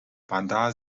bandar